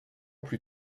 plus